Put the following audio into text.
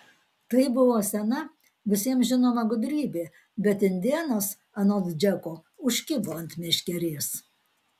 tai buvo sena visiems žinoma gudrybė bet indėnas anot džeko užkibo ant meškerės